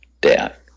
death